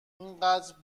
اینقدر